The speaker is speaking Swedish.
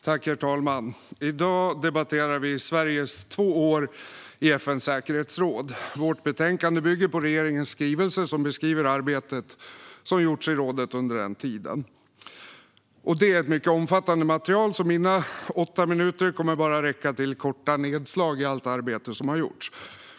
Herr talman! I dag debatterar vi Sveriges två år i FN:s säkerhetsråd. Vårt betänkande bygger på regeringens skrivelse, som beskriver arbetet som gjorts i rådet under den här tiden. Det är ett mycket omfattande material, så mina åtta minuter kommer bara att räcka till korta nedslag i allt arbete som gjorts.